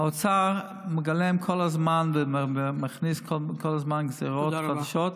האוצר מגלם כל הזמן ומכניס כל הזמן גזרות חדשות,